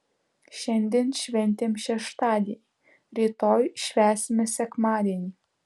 šiandien šventėm šeštadienį rytoj švęsime sekmadienį